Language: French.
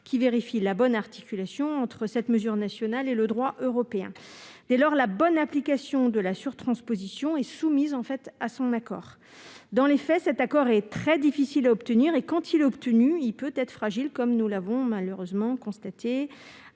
qui vérifie la bonne articulation entre cette mesure nationale et le droit européen. Dès lors, la bonne application de la surtransposition est soumise à son accord. Dans les faits, cet accord est très difficile à obtenir et, même s'il est octroyé, il peut se révéler fragile : nous l'avons malheureusement constaté